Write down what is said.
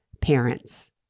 parents